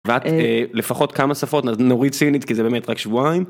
לפחות כמה שפות, נוריד סינית כי זה באמת רק שבועיים.